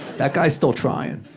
that guy's still trying.